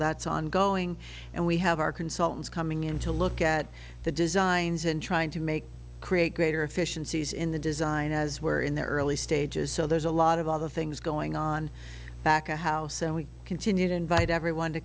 that's ongoing and we have our consultants coming in to look at the designs and trying to make create greater efficiencies in the design as were in the early stages so there's a lot of other things going on back a house and we continue to invite everyone to